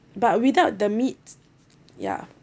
but without the meat ya